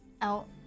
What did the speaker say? out